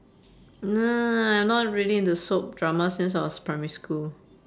no I'm not really into soap dramas since I was primary school